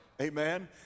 Amen